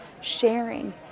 sharing